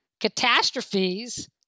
catastrophes